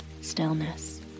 stillness